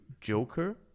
Joker